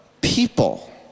people